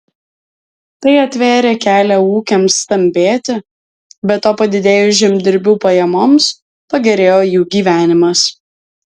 tai atvėrė kelią ūkiams stambėti be to padidėjus žemdirbių pajamoms pagerėjo jų gyvenimas